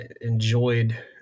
enjoyed